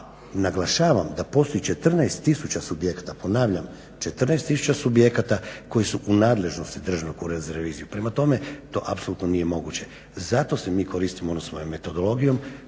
a naglašavam da postoji 14 tisuća subjekata, ponavljam 14 tisuća subjekata koji su u nadležnosti Državnog ureda za reviziju. Prema tome to apsolutno nije moguće. Zato se mi koristimo onom svojom metodologijom